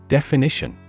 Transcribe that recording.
Definition